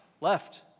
left